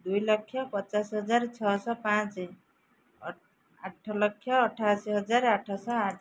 ଦୁଇ ଲକ୍ଷ ପଚାଶ ହଜାର ଛଅଶହ ପାଞ୍ଚ ଆଠ ଲକ୍ଷ ଅଠାଅଶୀ ହଜାର ଆଠଶହ ଆଠ